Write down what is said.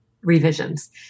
Revisions